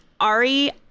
Ari